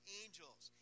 angels